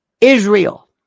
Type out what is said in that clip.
Israel